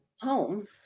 home